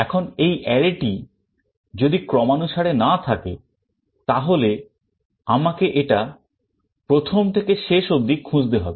এখন এই array টি যদি ক্রমানুসারে না থাকে তাহলে আমাকে এটা প্রথম থেকে শেষ অব্দি খুঁজতে হবে